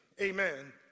amen